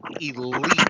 elite